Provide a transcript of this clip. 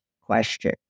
question